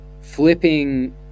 flipping